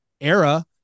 era